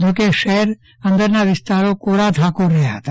જોકે શહેર અંદરના વિસ્તારો કોરા ધાકોડ રહ્યા હતા